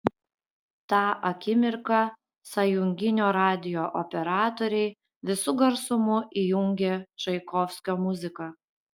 tą akimirką sąjunginio radijo operatoriai visu garsumu įjungė čaikovskio muziką